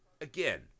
again